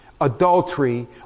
Adultery